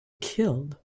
killed